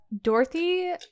Dorothy